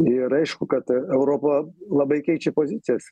ir aišku kad europa labai keičia pozicijas